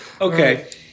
Okay